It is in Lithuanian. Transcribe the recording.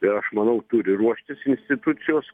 ir aš manau turi ruoštis institucijos